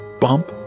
bump